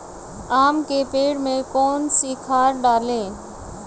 आम के पेड़ में कौन सी खाद डालें?